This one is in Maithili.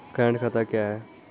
करेंट खाता क्या हैं?